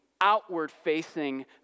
outward-facing